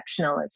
exceptionalism